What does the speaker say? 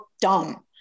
dumb